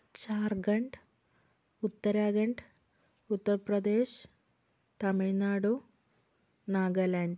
Jharkhand Uttarakhand Uttar Pradesh Tamil Nadu Nagaland